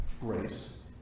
grace